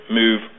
move